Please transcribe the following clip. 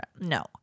No